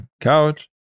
couch